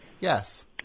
Yes